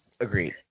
agreed